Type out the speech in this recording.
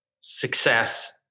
success